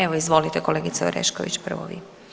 Evo izvolite kolegice Orešković prvo vi.